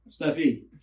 Steffi